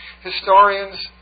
Historians